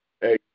hey